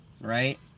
Right